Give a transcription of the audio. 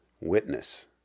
witness